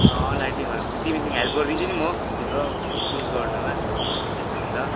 अँ लाइटिङहरू तिमीसित हेल्प गरिदिन्छु नि म तिम्रो चुज गर्नुमा त्यस्तोतिर